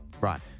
Right